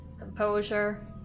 Composure